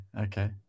okay